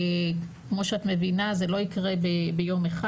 כמו שאת מבינה, זה לא יקרה ביום אחד.